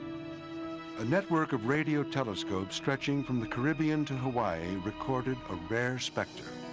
a network of radio telescopes stretching from the caribbean to hawaii recorded a rare specter.